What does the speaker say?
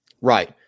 Right